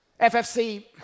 FFC